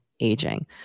aging